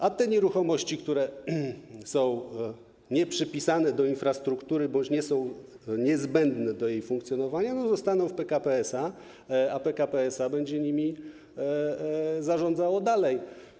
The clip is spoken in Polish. A nieruchomości, które są nieprzypisane do infrastruktury, bo już nie są niezbędne do jej funkcjonowania, zostaną w PKP SA i PKP SA będzie nimi zarządzało dalej.